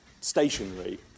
stationary